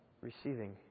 receiving